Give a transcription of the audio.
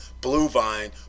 Bluevine